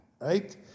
right